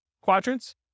quadrants